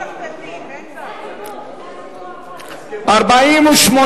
של חברי הכנסת אורי אריאל ורונית תירוש לסעיף 19א(6) לא נתקבלה.